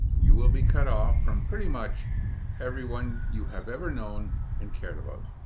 you will be cut off from pretty much everyone you have ever known and cared about.